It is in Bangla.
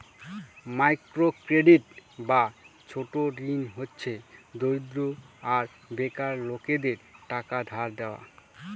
মাইক্র ক্রেডিট বা ছোট ঋণ হচ্ছে দরিদ্র আর বেকার লোকেদের টাকা ধার দেওয়া